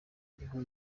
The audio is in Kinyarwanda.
iriho